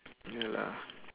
ya lah